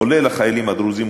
כולל החיילים הדרוזים,